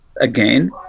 again